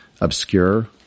obscure